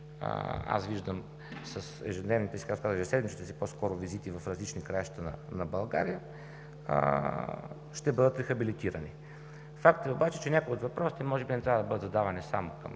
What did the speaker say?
виждам с ежедневните, сега стана с ежеседмичните си по-скоро визити в различни краища на България, ще бъдат рехабилитирани. Факт е обаче, че някои от въпросите може би не трябва да бъдат задавани само към